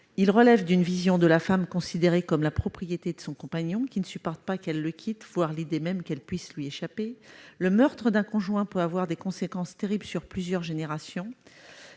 il relève d'une vision de la femme considérée comme la propriété de son compagnon, qui ne supporte pas qu'elle le quitte, voire l'idée même qu'elle puisse lui échapper. Ensuite, le meurtre d'un conjoint peut avoir des conséquences terribles sur plusieurs générations.